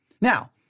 Now